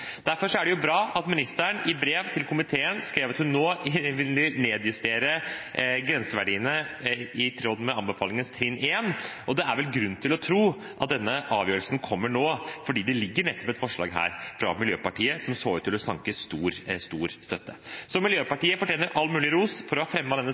Derfor er det bra at ministeren i brev til komiteen skrev at hun nå ville nedjustere grenseverdiene i tråd med anbefalingens trinn 1, og det er vel grunn til å tro at denne avgjørelsen kommer nå nettopp fordi det ligger et representantforslag fra Miljøpartiet De Grønne her som ser ut til å sanke stor støtte. Så Miljøpartiet De Grønne fortjener all mulig ros for å ha fremmet denne